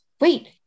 wait